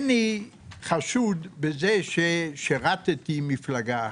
חשוד בזה ששירתי מפלגה אחת.